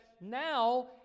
now